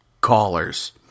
callers